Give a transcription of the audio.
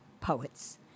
Poets